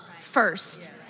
first